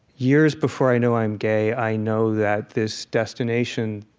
years before i know i'm gay, i know that this destination